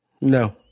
no